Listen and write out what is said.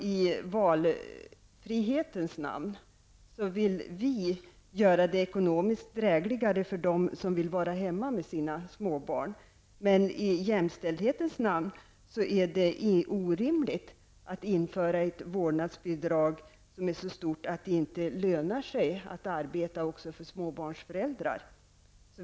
I valfrihetens namn vill vi göra det ekonomiskt drägligare för dem som vill vara hemma med sina småbarn. Men i jämställdhetens namn är det orimligt att införa ett vårdnadsbidrag som är så stort att det inte lönar sig att arbeta också för småbarnsföräldrar.